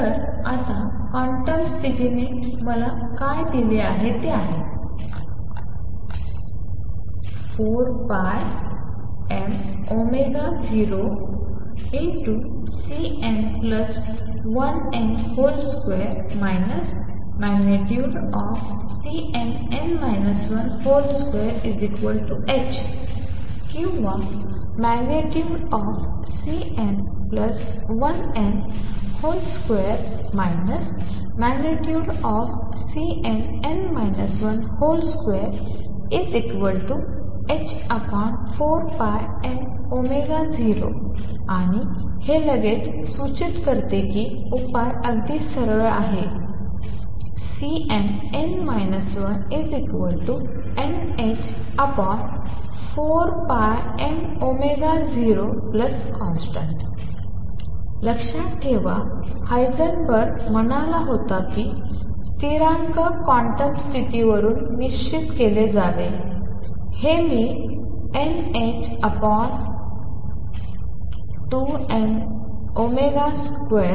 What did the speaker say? तर आता क्वांटम स्थितीने मला काय दिले आहे ते आहे 4πm0।Cn1n ।2 Cnn 12h किंवा ।Cn1n ।2 Cnn 12h4πm0 आणि हे लगेच सूचित करते की उपाय अगदी सरळ आहे की Cnn 1nh4πm0constantलक्षात ठेवा हायसेनबर्ग म्हणाला होता की स्थिरांक क्वांटम स्थितींवरून निश्चित केले जावे हे मी nℏ2m0constant